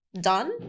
done